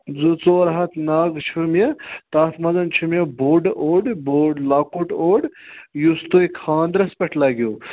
زٕ ژور ہَتھ نَگ چھِ مےٚ تَتھ مَنز چھِ مےٚ بوٛڑ اوٚڑ بوٚڑ لۄکُٹ اوٚڑ یُس تۄہہِ کھاندرَس پٮ۪ٹھ لَگیو